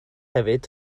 hefyd